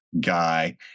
guy